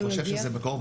אני חושב שזה בקרוב,